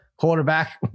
quarterback